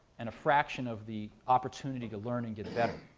and a fraction of the opportunity to learn and get better.